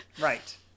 Right